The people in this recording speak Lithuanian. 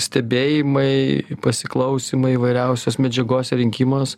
stebėjimai pasiklausymai įvairiausios medžiagos rinkimas